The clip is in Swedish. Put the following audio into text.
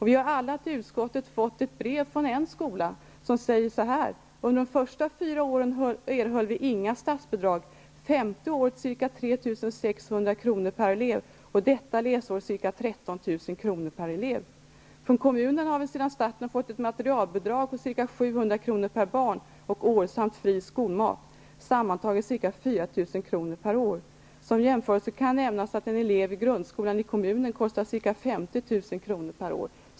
Vi har alla i utskottet fått ett brev från en skola som säger så här: Under de fyra första åren erhöll vi inga statsbidrag, femte året ca 3 600 kr. per elev och detta läsår ca 13 000 kr. per elev. Från kommunen har vi sedan starten fått ett materialbidrag på ca 700 kr. per barn och år samt fri skolmat, sammantaget ca 4 000 kr. per år. Som jämförelse kan nämnas att en elev i grundskolan i kommunen kostar ca 50 000 kr. per år.